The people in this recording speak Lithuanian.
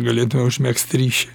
galėtume užmegzti ryšį